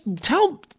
tell